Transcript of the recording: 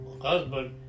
husband